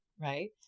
right